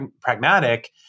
pragmatic